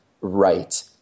right